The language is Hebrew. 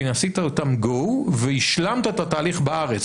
עשית אותם go והשלמת את התהליך בארץ,